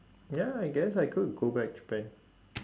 ya I guess I could go back japan